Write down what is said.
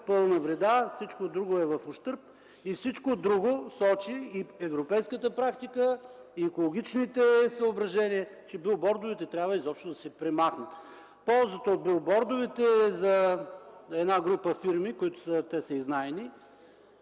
пълна вреда, в ущърб. Всичко друго – и европейската практика, и екологичните съображения, сочи, че билбордовете трябва изобщо да се премахнат. Ползата от билбордовете е за една група фирми, те са знайни,